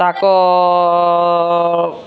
ତାକର୍